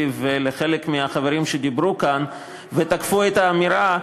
ולחלק מהחברים שדיברו כאן ותקפו את האמירה,